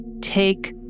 take